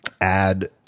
add